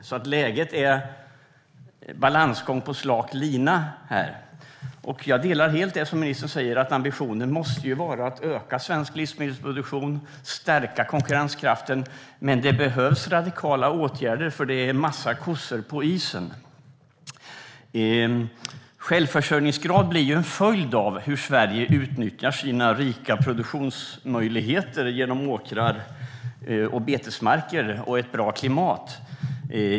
Läget är alltså som balansgång på slak lina. Jag instämmer helt i det ministern säger om att ambitionen måste vara att öka svensk livsmedelsproduktion och stärka konkurrenskraften. Men det behövs radikala åtgärder. Det är nämligen en massa kossor på isen. Självförsörjningsgraden blir en följd av hur Sverige utnyttjar sina rika produktionsmöjligheter, genom åkrar och betesmarker och ett bra klimat.